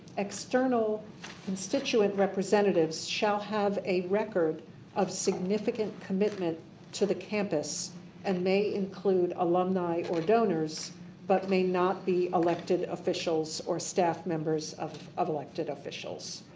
external constituent representatives shall have a record of significant commitment to the campus and may include alumni or donors but may not be elected officials or staff members of of elected officials.